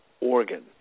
organ